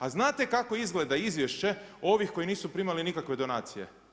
A znate kako izgleda izvješće ovih koji nisu primali nikakve donacije?